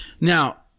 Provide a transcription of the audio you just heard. Now